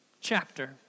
chapter